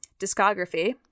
discography